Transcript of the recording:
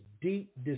deep